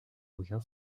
aucun